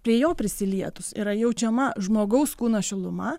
prie jo prisilietus yra jaučiama žmogaus kūno šiluma